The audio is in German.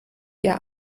ihr